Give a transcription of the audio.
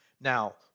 Now